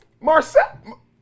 marcel